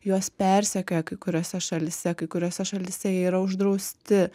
juos persekioja kai kuriose šalyse kai kuriose šalyse jie yra uždrausti